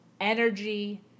energy